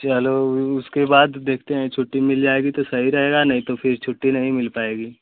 चलो उसके बाद देखते हैं छुट्टी मिल जाएगी तो सही रहेगा नहीं तो फ़िर छुट्टी नहीं मिल पाएगी